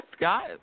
Scott